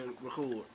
record